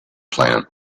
plant